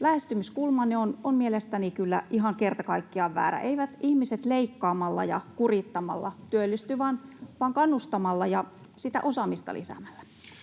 Lähestymiskulmanne on mielestäni kyllä ihan kerta kaikkiaan väärä, eivät ihmiset leikkaamalla ja kurittamalla työllisty vaan kannustamalla ja sitä osaamista lisäämällä.